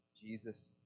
Jesus